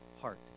heart